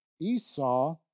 Esau